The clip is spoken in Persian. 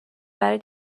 برای